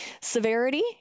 Severity